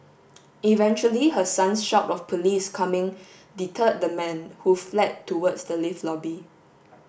eventually her son's shout of police coming deterred the man who fled towards the lift lobby